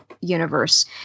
universe